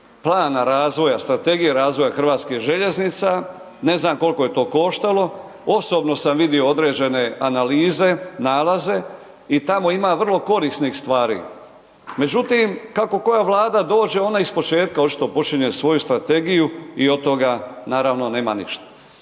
plana razvoja, strategije razvoja Hrvatskih željeznica, ne znam koliko je to koštalo, osobno sam vidio određene analize nalaze i tamo ima vrlo korisnih stvari. Međutim, kako koja vlada dođe ona iz početka očito počinje svoju strategiju i od toga naravno nema ništa.